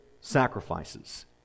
sacrifices